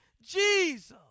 Jesus